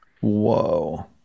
Whoa